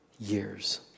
Years